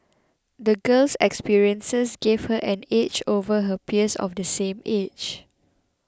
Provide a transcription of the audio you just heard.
the girl's experiences gave her an edge over her peers of the same age